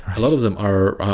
a lot of them are,